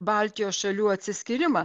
baltijos šalių atsiskyrimą